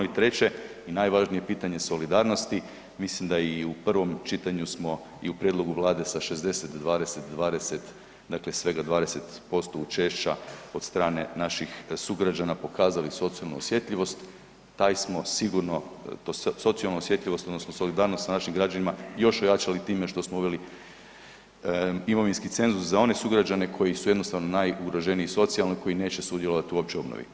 I treće i najvažnije pitanje solidarnosti, mislim da i u prvom čitanju smo i u prijedlogu Vlade sa 60, 20, 20, dakle svega 20% učešća od strane naših sugrađana pokazali socijalnu osjetljivost, taj smo sigurno, socijalnu osjetljivost odnosno solidarnost sa našim građanima još ojačali time smo uveli imovinski cenzus za one sugrađane koji su jednostavno najugroženiji socijalno, koji neće sudjelovati uopće u obnovi.